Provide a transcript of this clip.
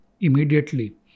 immediately